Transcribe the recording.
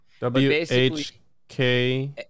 W-H-K –